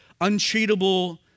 untreatable